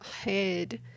head